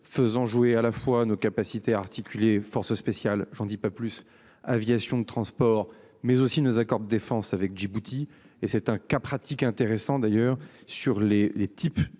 faisant jouer à la fois nos capacités articuler forces spéciales j'en dis pas plus. Aviation de transport mais aussi nos accords de défense avec Djibouti. Et c'est un cas pratique intéressant d'ailleurs sur les, les types de